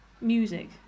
music